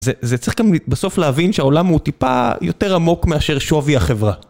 זה צריך גם בסוף להבין שהעולם הוא טיפה יותר עמוק מאשר שווי החברה.